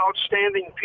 outstanding